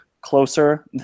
closer